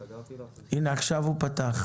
יופי של מאגר, שכל הגורמים התפנו לסגור את העניין.